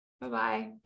Bye-bye